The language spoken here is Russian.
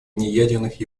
неядерных